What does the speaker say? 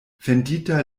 fendita